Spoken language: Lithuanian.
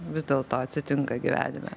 vis dėlto atsitinka gyvenime